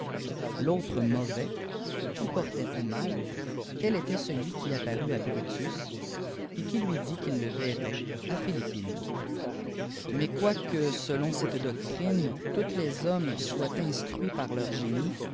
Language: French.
l'autre mauvais qui portait au ml tel était celui qui apparut à brutus et qui lui ait qu'il le verrait à philippes mais quoique selop cette doctrine tous les hommes soient instruits par leurs génies